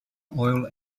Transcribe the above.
oil